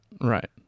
Right